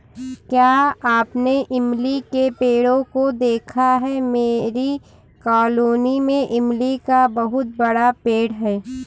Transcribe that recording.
क्या आपने इमली के पेड़ों को देखा है मेरी कॉलोनी में इमली का बहुत बड़ा पेड़ है